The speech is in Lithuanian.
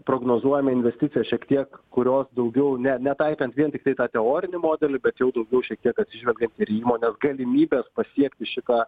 prognozuojama investicija šiek tiek kurios daugiau ne netaikant vien tiktai tą teorinį modelį tačiau daugiau šiek tiek atsižvelgiant ir į įmonės galimybes pasiekti šitą